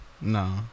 No